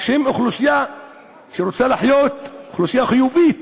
שהם אוכלוסייה שרוצה לחיות, אוכלוסייה חיובית,